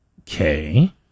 Okay